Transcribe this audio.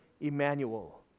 Emmanuel